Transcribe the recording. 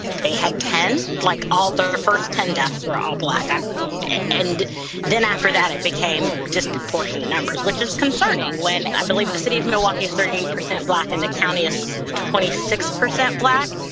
they had ten. like all the first ten deaths were all black. and then after that, it became disproportionate numbers, which is concerning when i believe the city of milwaukee is thirty eight percent black and the county is twenty six percent black.